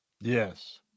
yes